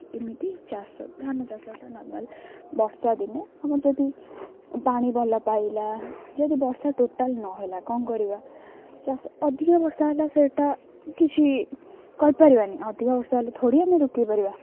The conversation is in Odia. ଏମିତି ଚାଷ ଧାନ ଚାଷଟା ନର୍ମାଲ୍ ବର୍ଷା ଦିନେ ଆମର ଯଦି ପାଣି ଭଲ ପାଇଲା ଯଦି ବର୍ଷା ଟୋଟାଲ୍ ନହେଲା କ'ଣ କରିବା ଚାଷ ଅଧିକା ବର୍ଷା ହେଲା ସେଇଟା କିଛି କରିପାରିବାନି ଅଧିକା ବର୍ଷା ହେଲେ ଥୋଡ଼ି ଆମେ ରୋକି ପାରିବା